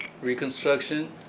reconstruction